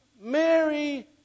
Mary